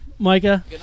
Micah